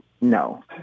no